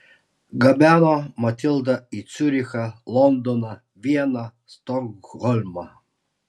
gabeno matildą į ciurichą londoną vieną stokholmą